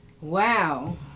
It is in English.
wow